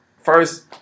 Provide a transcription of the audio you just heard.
first